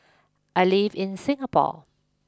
I live in Singapore